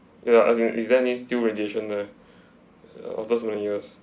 ya as in is there any still radiation there although it's over the years